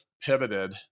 pivoted